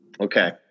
Okay